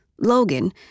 Logan